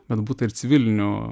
bet būta ir civilinių